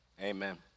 Amen